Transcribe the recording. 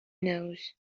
nose